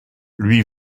lui